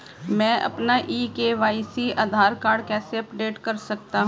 मैं अपना e KYC Aadhaar card कैसे अपडेट कर सकता हूँ?